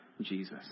Jesus